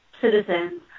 citizens